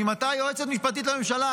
ממתי יועצת משפטית לממשלה